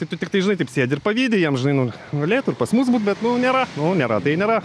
tai tu tiktai žinai taip sėdi ir pavydi jiem žinai nu galėtų ir pas mus būt bet nu nėra nu nėra tai nėra